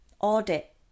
audit